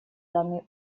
данный